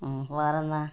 ഉം വേറെ എന്താണ്